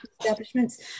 Establishments